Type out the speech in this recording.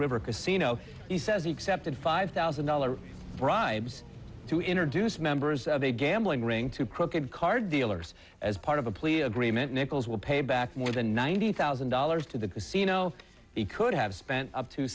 river casino he says he excepted five thousand dollars bribes to introduce members of a gambling ring to crooked car dealers as part of a plea agreement nichols will pay back more than ninety thousand dollars to the casino he could have spent up to